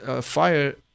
fire